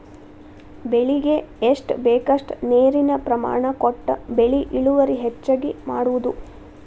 ಬೆಳಿಗೆ ಎಷ್ಟ ಬೇಕಷ್ಟ ನೇರಿನ ಪ್ರಮಾಣ ಕೊಟ್ಟ ಬೆಳಿ ಇಳುವರಿ ಹೆಚ್ಚಗಿ ಮಾಡುದು